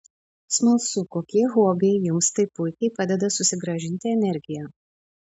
smalsu kokie hobiai jums taip puikiai padeda susigrąžinti energiją